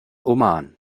oman